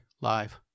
live